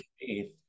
faith